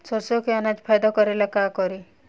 सरसो के अनाज फायदा करेला का करी?